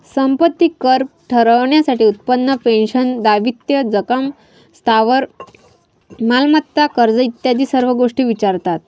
संपत्ती कर ठरवण्यासाठी उत्पन्न, पेन्शन, दायित्व, जंगम स्थावर मालमत्ता, कर्ज इत्यादी सर्व गोष्टी विचारतात